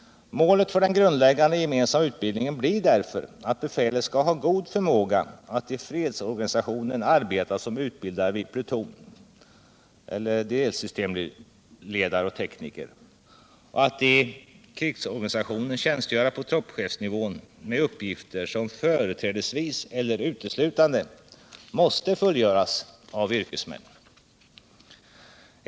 Målet för den grundläggande gemensamma utbildningen blir därför att befälet skall ha god förmåga att i fredsorganisationen arbeta som utbildare vid pluton, eller delsystemledare och tekniker, och att i krigsorganisationen tjänstgöra på troppchefsnivån med uppgifter som företrädesvis eller uteslutande måste fullgöras av yrkesmän.